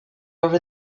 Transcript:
over